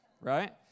right